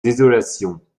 désolation